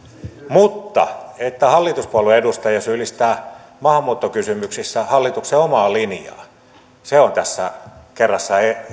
mutta se että hallituspuolueen edustaja syyllistää maahanmuuttokysymyksissä hallituksen omaa linjaa on tässä kerrassaan